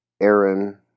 Aaron